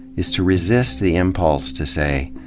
is to resist the impulse to say,